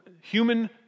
Human